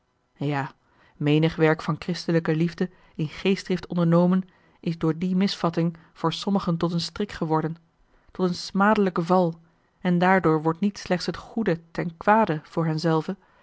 ja menig werk voor christelijke liefde in geestdrift ondernomen is door die misvatting van sommigen tot een strik geworden tot een smadelijken val en daardoor wordt niet slechts het goede ten kwade voor hen zelven